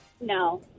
No